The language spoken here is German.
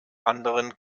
anderen